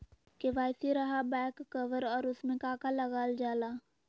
KYC रहा back cover और उसमें का का लागल जाला?